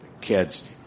kids